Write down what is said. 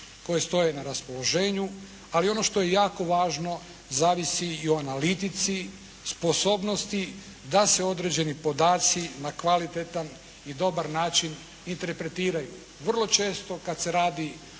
koje stoje na raspoloženju, ali ono što je jako važno zavisi i o analitici, sposobnosti da se određeni podaci na kvalitetan i dobar način interpretiraju.